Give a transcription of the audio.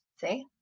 See